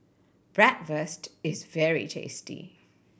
bratwurst is very tasty